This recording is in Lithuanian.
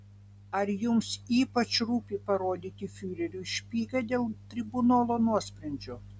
ar jums ypač rūpi parodyti fiureriui špygą dėl tribunolo nuosprendžio